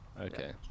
Okay